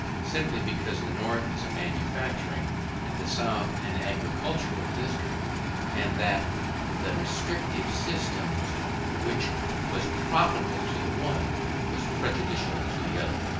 simply because the north is a manufacturing and the south an agricultural district and that the restrictive system which was profitable to the one was prejudicial to the other.